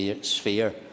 sphere